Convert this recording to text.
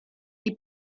die